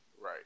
Right